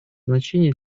значение